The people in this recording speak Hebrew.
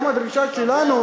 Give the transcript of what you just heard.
גם הדרישה שלנו,